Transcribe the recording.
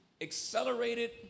accelerated